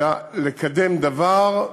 זה היה לקדם דבר,